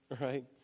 right